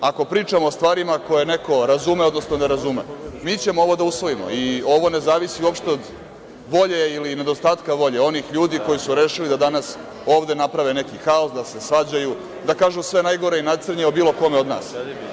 Ako pričamo o stvarima koje neko razume, odnosno ne razume, mi ćemo ovo da usvojimo i ovo ne zavisi uopšte od volje ili nedostatka volje onih ljudi koji su rešili da danas ovde naprave neki haos, da se svađaju, da kažu sve najgore i najcrnje o bilo kome od nas.